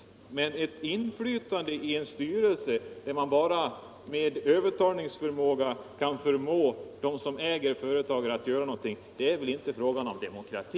Men när det gäller ett inflytande i en styrelse där man bara med övertalning kan förmå dem som äger företaget att göra någonting, är det väl inte fråga om demokrati.